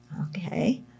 okay